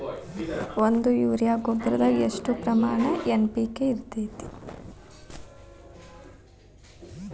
ಒಂದು ಯೂರಿಯಾ ಗೊಬ್ಬರದಾಗ್ ಎಷ್ಟ ಪ್ರಮಾಣ ಎನ್.ಪಿ.ಕೆ ಇರತೇತಿ?